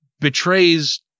betrays